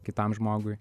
kitam žmogui